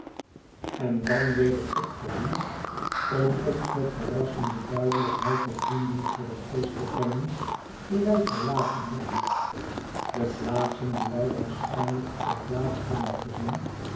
en dan weder opkomen om ons met verrassende duidelijkheid de vrienden voor den geest te brengen die wij verlaten hebben de plaatsen die wij waarschijnlijk voor het laatst hebben gezien